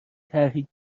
طرحی